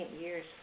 years